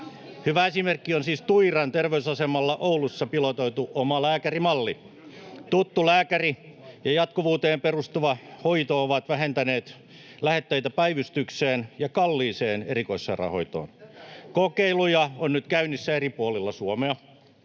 Hyvä esimerkki on siis Tuiran terveysasemalla Oulussa pilotoitu omalääkärimalli. Tuttu lääkäri ja jatkuvuuteen perustuva hoito ovat vähentäneet lähetteitä päivystykseen ja kalliiseen erikoissairaanhoitoon. Kokeiluja on nyt käynnissä eri puolilla Suomea.